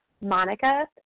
Monica